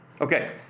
Okay